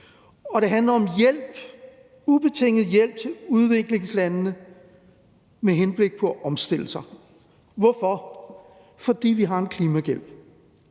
og det handler om hjælp, ubetinget hjælp, til udviklingslandene med henblik på at omstille sig. Hvorfor? Fordi vi har en klimagæld.